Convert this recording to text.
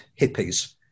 hippies